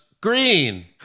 green